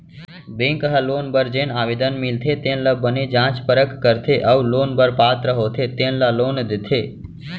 bank ह loan बर जेन आवेदन मिलथे तेन ल बने जाँच परख करथे अउ लोन बर पात्र होथे तेन ल लोन देथे